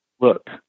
look